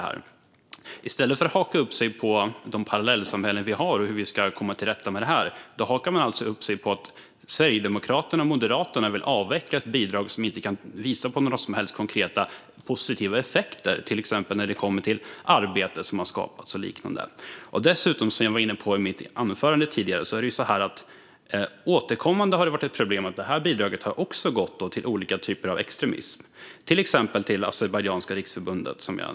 I stället för att haka upp sig på hur vi ska komma till rätta med de parallellsamhällen som finns, hakar man alltså upp sig på att Sverigedemokraterna och Moderaterna vill avveckla ett bidrag som inte visar på några som helst konkreta positiva effekter, till exempel när det kommer till arbete. Jag var tidigare i mitt anförande inne på att det återkommande varit ett problem att bidraget också har gått till olika typer av extremism, till exempel Azerbajdzjanska riksförbundet.